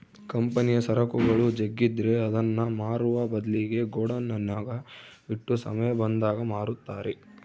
ಕಂಪನಿಯ ಸರಕುಗಳು ಜಗ್ಗಿದ್ರೆ ಅದನ್ನ ಮಾರುವ ಬದ್ಲಿಗೆ ಗೋಡೌನ್ನಗ ಇಟ್ಟು ಸಮಯ ಬಂದಾಗ ಮಾರುತ್ತಾರೆ